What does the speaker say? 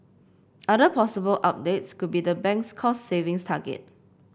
other possible updates could be the bank's cost savings target